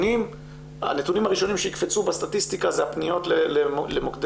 הנתונים הראשונים שיקפצו בסטטיסטיקה זה הפניות למוקדי